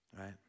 right